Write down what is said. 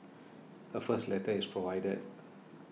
the first letter is provided